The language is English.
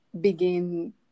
begin